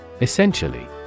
Essentially